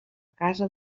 casa